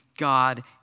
God